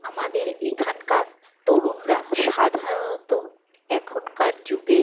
আমাদের এখানকার তরুণরা সাধারণত এখনকার যুগের